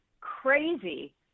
crazy